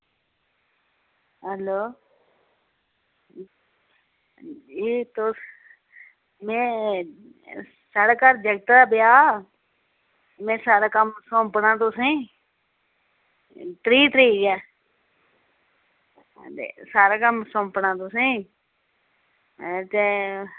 hello एह् तुस में साढ़े घर जागतै दा ब्याह् में सारा कम्म सौंपना तुसेंई त्रीह् तरीक ऐ ते सारा कम्म सौंपना तुसेंई ते